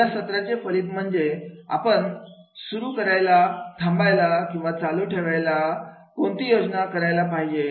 या सत्राचे फलित म्हणजे आपण सुरू करायला थांबायला किंवा चालू ठेवायला कोणती योजना करायला पाहिजे